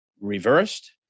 reversed